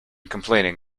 complaining